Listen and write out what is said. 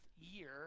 year